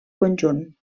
conjunt